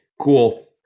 cool